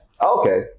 Okay